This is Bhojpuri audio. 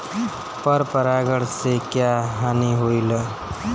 पर परागण से क्या हानि होईला?